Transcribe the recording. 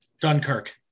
Dunkirk